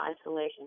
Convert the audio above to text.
isolation